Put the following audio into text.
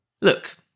Look